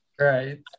Right